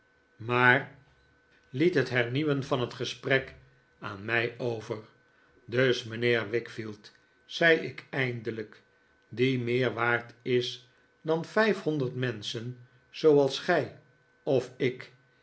maar het het hernieuwen van het gesprek aan mij over dus mijnheer wickfield zei ik eindelijk die meer waard is dan vijfhonderd menschen zooals gij of ik